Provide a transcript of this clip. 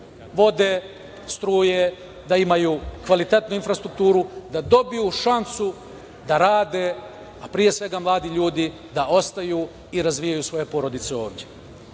vode, struje, da imaju kvalitetnu infrastrukturu, da dobiju šansu da rade, a pre svega mladi ljudi da ostaju i razvijaju svoje porodice ovde. Tu